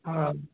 हा